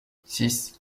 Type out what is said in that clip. six